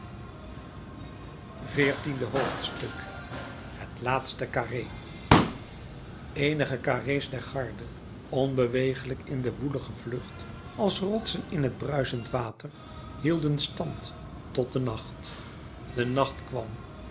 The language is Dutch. veertiende hoofdstuk het laatste carré eenige carré's der garde onbewegelijk in de woelige vlucht als rotsen in het bruisend water hielden stand tot den nacht de nacht kwam